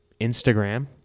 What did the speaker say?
instagram